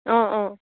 অঁ অঁ